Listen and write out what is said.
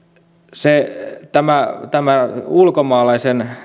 tämä tämä ulkomaalaisen